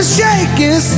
shaking